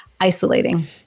isolating